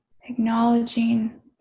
Acknowledging